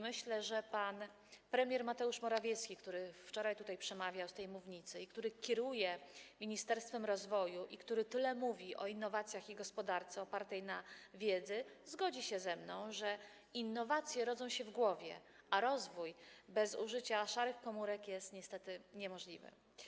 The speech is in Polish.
Myślę, że pan premier Mateusz Morawiecki, który wczoraj przemawiał tutaj z tej mównicy i który kieruje Ministerstwem Rozwoju, i który tyle mówi o innowacjach i gospodarce opartej na wiedzy, zgodzi się ze mną, że innowacje rodzą się w głowie, a rozwój bez użycia szarych komórek jest niestety niemożliwy.